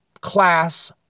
class